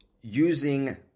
using